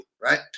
right